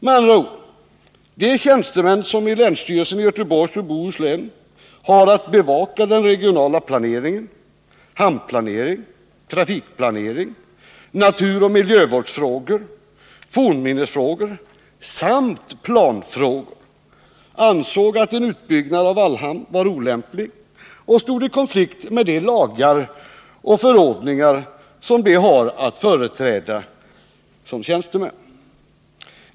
Med andra ord — de tjänstemän i länsstyrelsen i Göteborgs och Bohus län som har att bevaka den regionala planeringen, hamnplaneringen, trafikplaneringen, naturoch miljövårdsfrågor, fornminnesfrågor samt planfrågor ansåg att en utbyggnad av Vallhamn var olämplig och stod i konflikt med de lagar och förordningar som de har att företräda som tjänstemän.